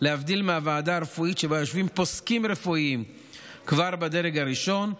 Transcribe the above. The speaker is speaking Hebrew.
להבדיל מהוועדה הרפואית שבה יושבים פוסקים רפואיים כבר בדרג הראשון,